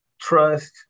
trust